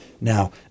Now